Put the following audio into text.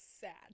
sad